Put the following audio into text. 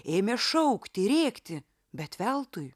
ėmė šaukti rėkti bet veltui